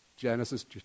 Genesis